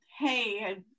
hey